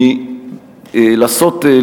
מלעשות,